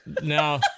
no